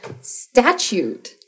statute